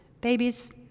Babies